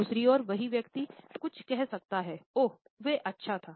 दूसरी ओर वही व्यक्ति कह सकता है ओह यह अच्छा था